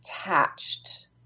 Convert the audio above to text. attached